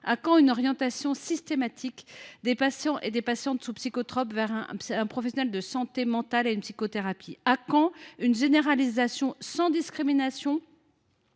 À quand une orientation systématique des patients sous psychotropes vers un professionnel de santé mentale et une psychothérapie ? À quand une généralisation sans discrimination